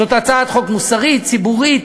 זו הצעת חוק מוסרית, ציבורית,